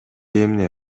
эмне